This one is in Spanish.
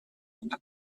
una